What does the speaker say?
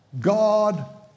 God